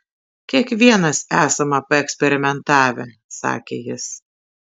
kiekvienas esame paeksperimentavę sakė jis